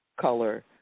color